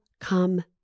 come